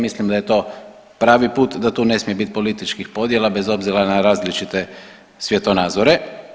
Mislim da je to pravi put, da tu ne smije biti političkih podjela bez obzira na različite svjetonazore.